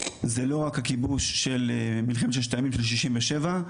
זה לא רק הכיבוש של מלחמת ששת הימים של 1967,